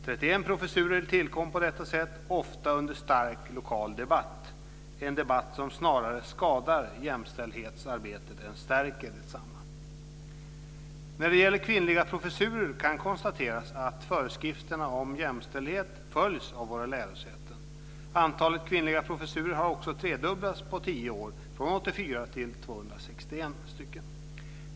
31 professurer tillkom på detta sätt, ofta under stark lokal debatt. Det är en debatt som snarare skadar jämställdhetsarbetet än stärker detsamma. När det gäller kvinnliga professurer kan konstateras att föreskrifterna om jämställdhet följs av våra lärosäten. Antalet kvinnliga professurer har också tredubblats på tio år från 84 till 261.